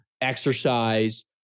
exercise